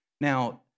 Now